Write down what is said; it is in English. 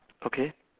okay